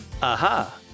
Aha